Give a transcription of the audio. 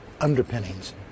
underpinnings